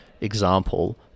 example